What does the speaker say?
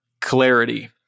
clarity